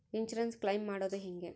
Insurance claim ಮಾಡದು ಹೆಂಗೆ?